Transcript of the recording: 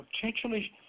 potentially